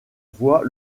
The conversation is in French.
voie